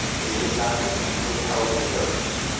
they dismounted, and dick held their stirrups.